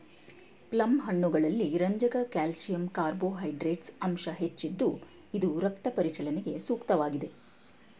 plum ಹಣ್ಣುಗಳಲ್ಲಿ ರಂಜಕ calcium carbohydrates ಅಂಶ ಹೆಚ್ಚಿದ್ದು ಇದು ರಕ್ತ ಪರಿಚಲನೆಗೆ ಸೂಕ್ತವಾಗಿದೆ